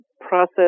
process